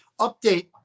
update